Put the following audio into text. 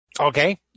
Okay